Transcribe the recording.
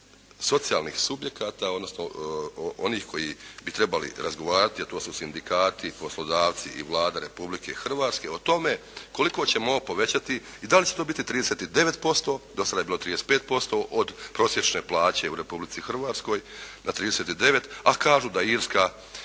socijalnih subjekata odnosno onih koji bi trebali razgovarati a to su sindikati, poslodavci i Vlada Republike Hrvatske o tome koliko ćemo ovo povećati i da li će to biti 39%? Do sada je bilo 35% od prosječne plaće u Republici Hrvatskoj na 39, a kažu da Irska